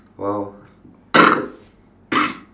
!wow!